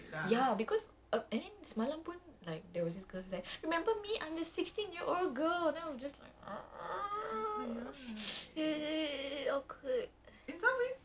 ya because uh and then semalam pun like there was this girl that was like remember me I'm the sixteen year old girl then I'm just like ah eh awkward